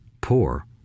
poor